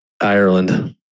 Ireland